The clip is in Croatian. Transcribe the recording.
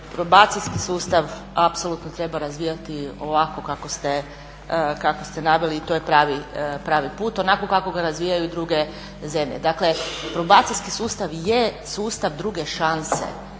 Probacijski sustav apsolutno treba razvijati ovako kako ste naveli i to je pravi put, onako kako ga razvijaju druge zemlje. Dakle, probacijski sustav je sustav druge šanse